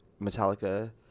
Metallica